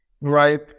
right